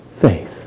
faith